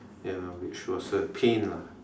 ya which was a pain lah